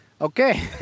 Okay